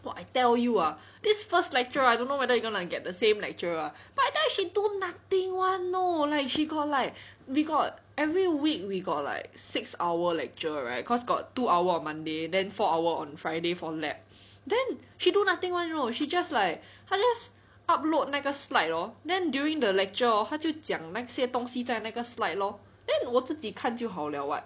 !wah! I tell you ah this first lecturer I don't know whether you gonna get the same lecturer ah but I tell you he do nothing [one] know like she got like we got every week we got like six hour lecture right cause got two hour on Monday then four hour on Friday for lab then she do nothing [one] you know she just like 她 just upload 那个 slide hor then during the lecture hor 她就讲那些东西在那个 slide lor then 我自己看就好 liao [what]